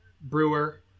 Brewer